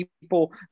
people